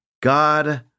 God